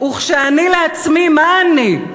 "וכשאני לעצמי מה אני".